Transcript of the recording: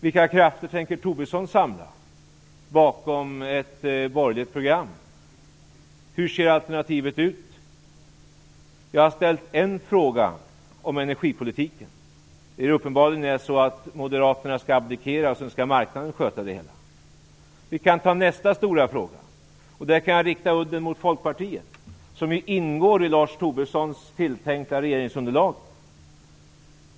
Vilka krafter tänker Tobisson samla bakom ett borgerligt program? Hur ser alternativet ut? Jag har ställt en fråga om energipolitiken. Uppenbarligen skall moderaterna abdikera och sedan skall marknaden sköta det hela. Vi kan ta nästa stora fråga, där jag kan rikta udden mot Folkpartiet som ju ingår i Lars Tobissons tilltänkta regeringsunderlag.